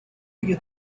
you